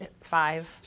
five